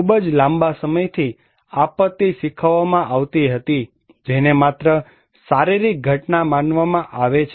ખૂબ જ લાંબા સમયથી આપત્તિ શીખવવામાં આવતી હતી જેને માત્ર શારીરિક ઘટના માનવામાં આવે છે